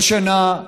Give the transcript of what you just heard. כל שנה",